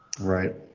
Right